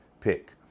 pick